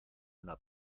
una